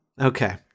Okay